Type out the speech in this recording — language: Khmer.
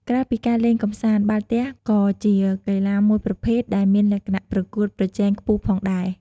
ក្រៅពីការលេងកម្សាន្ត បាល់ទះក៏ជាកីឡាមួយប្រភេទដែលមានលក្ខណៈប្រកួតប្រជែងខ្ពស់ផងដែរ។